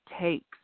takes